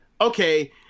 okay